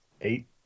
Eight